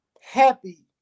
happy